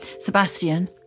Sebastian